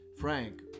Frank